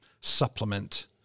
supplement